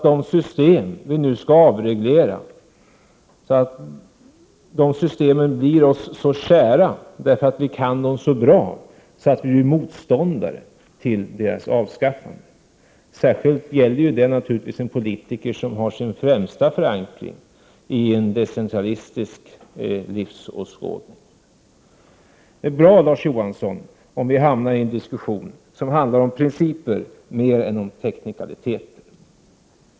De system som vi nu skall avreglera får inte bli oss så kära bara därför att vi kan dem så bra att vi av det skälet blir motståndare till systemens avskaffande. Särskilt gäller det naturligtvis den politiker som främst har sin förankring i en decentralistisk livsåskådning. Det är bra, Larz Johansson, om vi hamnar i en diskussion som handlar mera om principer än om teknikaliteter.